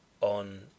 on